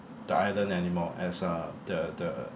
the island anymore as uh the the